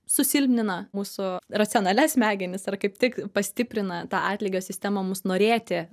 susilpnina mūsų racionalias smegenis ar kaip tik pastiprina tą atlygio sistemą mums norėti